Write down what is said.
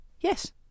Yes